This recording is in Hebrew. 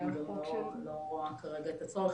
אני גם לא רואה כרגע את הצורך